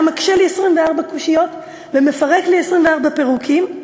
היה מקשה לי 24 קושיות ומפרק לי 24 פירוקים,